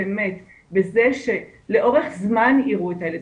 באמת בזה שלאורך זמן יראו את הילד,